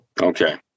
okay